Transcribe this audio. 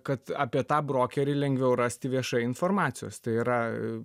kad apie tą brokerį lengviau rasti viešai informacijos tai yra